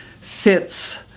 fits